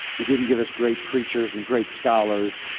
he didn't give us great preachers and great scholars,